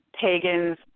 pagans